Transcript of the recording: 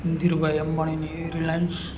ધીરુભાઈ અંબાણીની રિલાયન્સ